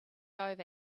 over